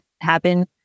happen